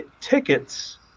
tickets